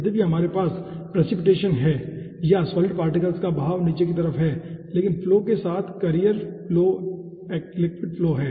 यद्यपि हमारे पास प्रेसिपिटेशन हैं या सॉलिड पार्टिकल्स का बहाव नीचे की तरफ हैं लेकिन फ्लो के साथ कर्रिएर फ्लो लिक्विड फ्लो हैं